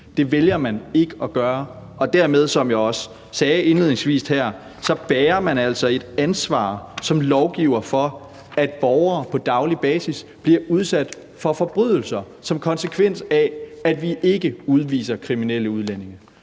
Det vælger man ikke at gøre, og dermed bærer man altså, som jeg også indledningsvis sagde, et ansvar som lovgiver for, at borgere på daglig basis bliver udsat for forbrydelser som konsekvens af, at vi ikke udviser kriminelle udlændinge.